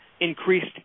increased